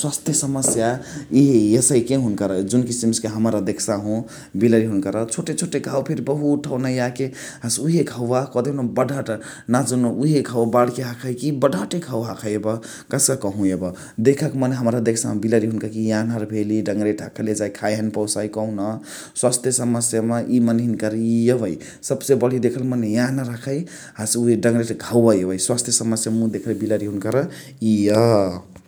स्वास्थ्य समस्या इ यसइके हिन्कर जुन किस्सिमा से हमरा देख्सहु बिलरी हुनुकर चोटे चोटे घाउ फेर बहुत ठौना याके हसे उहे घाउवा कह्देउन बढहड नाजुनु उहे घाउवा बढहड ह । खइकी बढहणी घाउवा बढहड हखइ यब । कस्का कहु यब मने हमरा देख्सहु बिलरी के यन्हर भेली डङरेठ हखले जाइ खाय हैने पौसइ कहुन स्वास्थ्य समस्या मा इ मन्र हिनिकर इ इ यवए । सब्से बणी देखए यन्हर हखै हसे उहे डङरेठ्, घौवा यवए स्वास्थ्य समस्या मा मुइ देखले बिलरी हुनुकर इय ।